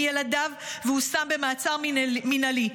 מילדיו והושם במעצר מינהלי.